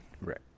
Right